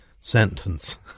sentence